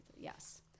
yes